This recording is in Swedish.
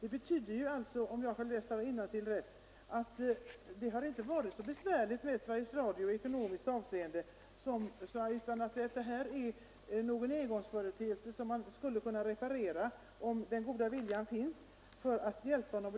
Det betyder alltså, om jag kan läsa rätt innantill, att Sveriges Radio tidigare inte har haft det så besvärligt i ekonomiskt avseende utan att detta är en engångsföreteelse som skulle kunna bemästras om den goda viljan fanns.